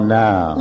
now